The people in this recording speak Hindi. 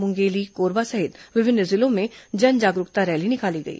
मुंगेली कोरबा सहित विभिन्न जिलों में जन जागरूकता रैली निकाली गई